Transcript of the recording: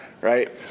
Right